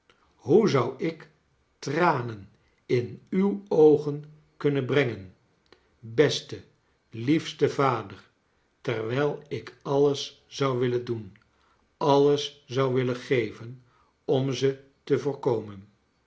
hoe zou ik tranen in uw oogen kunnen brengen beste liefste vader terwijl ik alles zou willen doen alles zou willen geven om ze te voorkomen